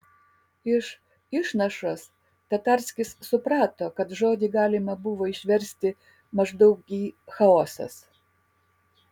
iš išnašos tatarskis suprato kad žodį galima buvo išversti maždaug į chaosas